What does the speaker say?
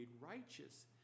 righteous